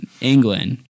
England